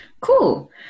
Cool